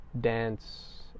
dance